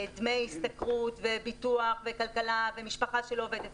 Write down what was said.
דמי השתכרות וביטוח וכלכלה ומשפחה שלא עובדת,